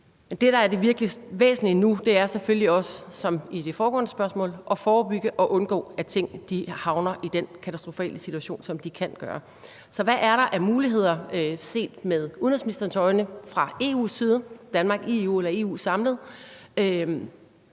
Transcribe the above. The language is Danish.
Det, der er det virkelig væsentlige nu, er selvfølgelig også, som det foregående spørgsmål også handlede om, at forebygge og undgå, at det ender i den katastrofale situation, som det kan gøre. Så hvad er der set med udenrigsministerens øjne af muligheder fra EU's side – Danmark i EU eller EU samlet